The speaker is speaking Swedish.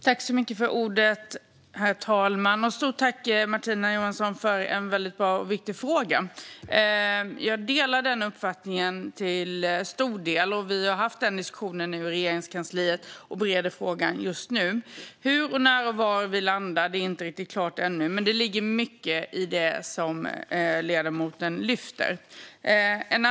Herr talman! Jag tackar Martina Johansson för en väldigt bra och viktig fråga. Jag delar hennes uppfattning till stor del. Vi har haft denna diskussion i Regeringskansliet och bereder frågan just nu. Hur, när och var vi landar är inte riktigt klart än. Men det ligger mycket i det som ledamoten lyfter fram.